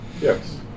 yes